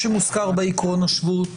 שמוזכר בעקרון השבות,